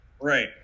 right